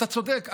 אתה צודק,